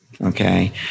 okay